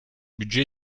budget